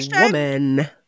woman